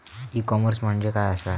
E commerce म्हणजे काय असा?